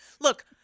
Look